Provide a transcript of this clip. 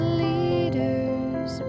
leaders